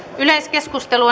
yleiskeskustelu